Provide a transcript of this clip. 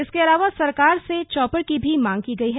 इसके अलावा सरकार से चौपर की भी मांग की गई है